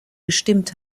gestimmt